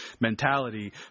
mentality